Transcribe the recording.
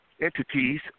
entities